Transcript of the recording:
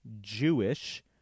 Jewish